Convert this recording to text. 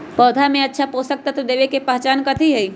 पौधा में अच्छा पोषक तत्व देवे के पहचान कथी हई?